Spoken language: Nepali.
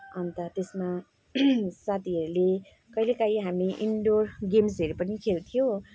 अन्त त्यसमा साथीहरूले कहिलेकाहीँ हामी इन्डोर गेम्सहरू पनि खेल्थ्यौँ